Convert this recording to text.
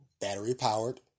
battery-powered